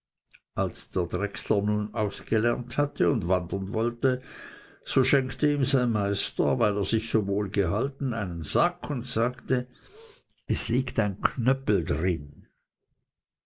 als der drechsler nun ausgelernt hatte und wandern sollte so schenkte ihm sein meister weil er sich so wohl gehalten einen sack und sagte es liegt ein knüppel darin